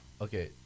Okay